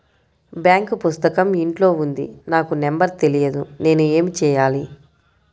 Bank పుస్తకం ఇంట్లో ఉంది నాకు నంబర్ తెలియదు నేను ఏమి చెయ్యాలి?